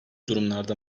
durumlarda